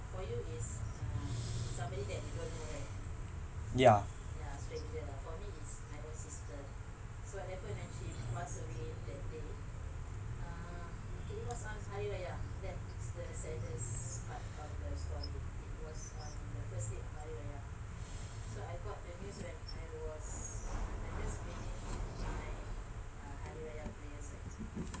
ya